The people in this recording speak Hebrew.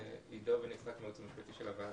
אני עידו בן יצחק מהייעוץ המשפטי של הוועדה.